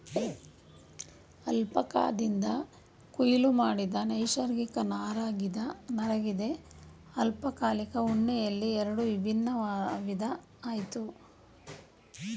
ಅಲ್ಪಕಾದಿಂದ ಕೊಯ್ಲು ಮಾಡಿದ ನೈಸರ್ಗಿಕ ನಾರಗಿದೆ ಅಲ್ಪಕಾಲಿಕ ಉಣ್ಣೆಯಲ್ಲಿ ಎರಡು ವಿಭಿನ್ನ ವಿಧ ಆಯ್ತೆ